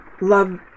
love